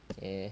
okay